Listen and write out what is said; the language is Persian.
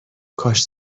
کاش